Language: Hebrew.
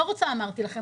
לא רוצה "אמרתי לכם",